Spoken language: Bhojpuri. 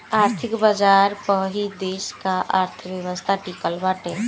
आर्थिक बाजार पअ ही देस का अर्थव्यवस्था टिकल बाटे